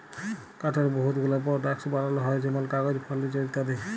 কাঠের বহুত গুলা পরডাক্টস বালাল হ্যয় যেমল কাগজ, ফারলিচার ইত্যাদি